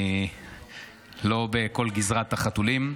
אני לא בכל גזרת החתולים.